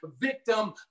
victim